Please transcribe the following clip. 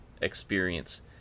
experience